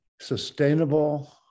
sustainable